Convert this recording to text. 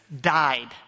died